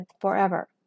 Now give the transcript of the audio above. forever